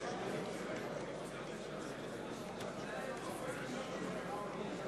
(קורא בשמות חברי הכנסת)